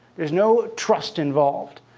there's no trust involved.